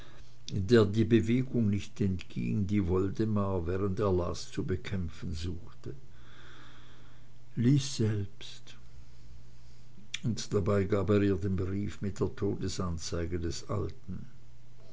der die bewegung nicht entging die woldemar während er las zu bekämpfen suchte lies selbst und dabei gab er ihr den brief mit der todesanzeige des alten